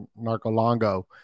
Narcolongo